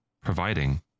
providing